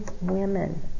women